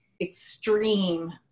extreme